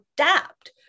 adapt